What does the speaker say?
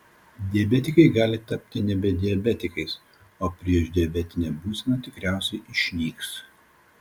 diabetikai gali tapti nebe diabetikais o priešdiabetinė būsena tikriausiai išnyks